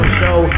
show